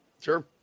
Sure